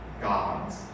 God's